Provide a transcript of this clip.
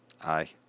Aye